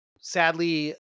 sadly